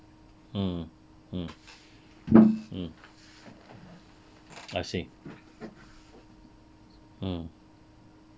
mm mm mm I see mm